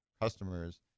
customers